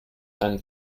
einen